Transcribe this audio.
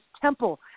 temple